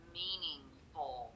meaningful